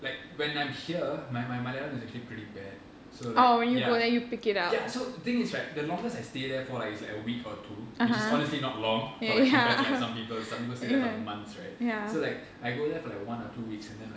like when I'm here my my Malayalam is actually pretty bad so like ya ya so the thing is right the longest I stay there for like is like a week or two which is honestly not long for like compared to some people some people stay there for months right so like I go there for like one or two weeks and then like